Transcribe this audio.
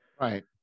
right